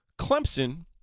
Clemson